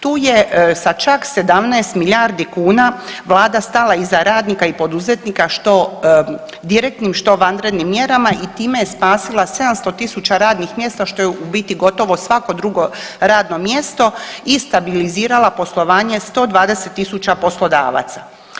Tu je sa čak 17 milijardi kuna vlada stala iza radnika i poduzetnika što direktnim što vanrednim mjerama i time je spasila 700.000 radnih mjesta, što je u biti gotovo svako drugo radno mjesto i stabilizirala poslovanje 120.000 poslodavaca.